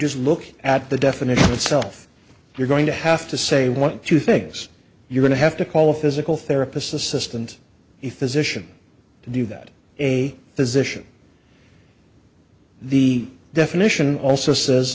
just look at the definition itself you're going to have to say one two things you're going to have to call a physical therapist assistant if physicians do that a physician the definition also says